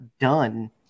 done